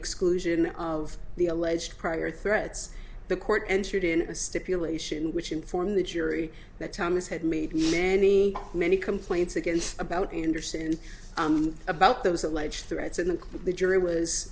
exclusion of the alleged prior threats the court entered in a stipulation which inform the jury that thomas had made many many complaints against about anderson and about those alleged threats in the the jury was